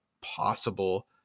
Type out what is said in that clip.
possible